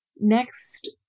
next